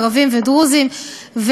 ערבים ודרוזים,